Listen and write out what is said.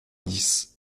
dix